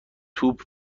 توپ